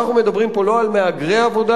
אנחנו מדברים פה לא על מהגרי עבודה,